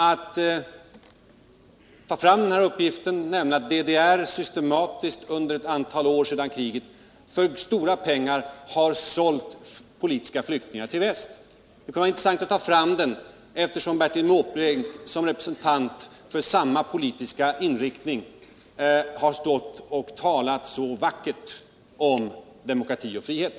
DDR har alltså systematiskt under ett antal år sedan kriget för stora pengar sålt politiska flyktingar till väst. Det kunde vara intressant att nämna detta, eftersom Bertil Måbrink som representant för samma politiska inriktning här talade så vackert om demokrati och frihet.